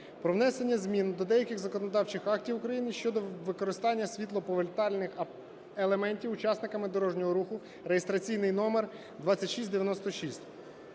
про внесення змін до деяких законодавчих актів України щодо використання світлоповертальних елементів учасниками дорожнього руху (реєстраційний номер 2696).